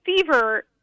fever